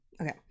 okay